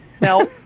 Now